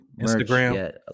instagram